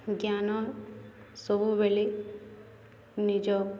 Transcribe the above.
ଜ୍ଞାନ ସବୁବେଳେ ନିଜ